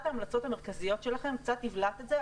ההמלצות המרכזיות שלכם קצת הבלעת את זה,